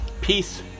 Peace